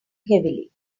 heavily